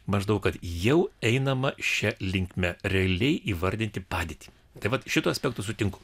maždaug kad jau einama šia linkme realiai įvardinti padėtį tai vat šituo aspektu sutinku